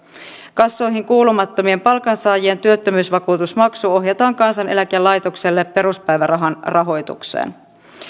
kassoihin kuulumattomien palkansaajien työttömyysvakuutusmaksu ohjataan kansaneläkelaitokselle peruspäivärahan rahoitukseen